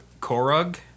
Korug